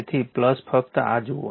તેથી ફક્ત આ જુઓ